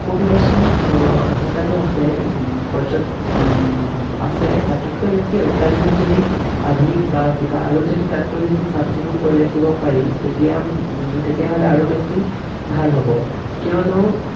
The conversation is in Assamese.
সুব্যৱস্থা থকাটো আছে তাতোতকৈ বেছি অত্যাধুনিক যদি আধুনিক বা কিবা আৰু যদি তাতকৈ বেছি চাফ চিকুণ কৰি ৰাখিব পাৰি তেতিয়া তেতিয়াহ'লে আৰু বেছি ভাল হ'ব কিয়নো